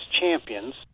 champions